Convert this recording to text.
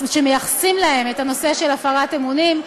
שמייחסים להן את הנושא של הפרת אמונים,